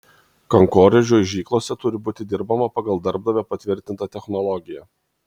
kankorėžių aižyklose turi būti dirbama pagal darbdavio patvirtintą technologiją